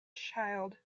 child